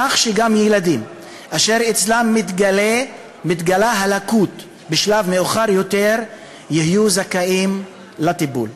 כך שגם ילדים אשר הלקות אצלם מתגלה בשלב מאוחר יותר יהיו זכאים לטיפול.